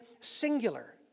singular